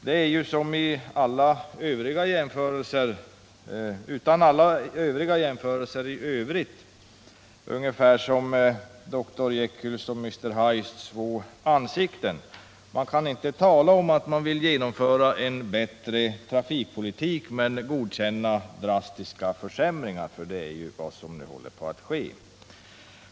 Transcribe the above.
Det är — utan alla jämförelser i övrigt — att uppträda med två ansikten, ungefär som dr Jekyll och Mr. Hyde. Man kan inte tala om att man vill genomföra en bättre trafikpolitik och samtidigt godkänna drastiska försämringar, men det är vad som nu håller på att ske.